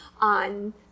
on